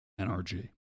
NRG